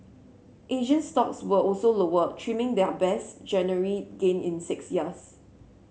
Asian stocks were also lower trimming their best January gain in six years